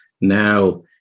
now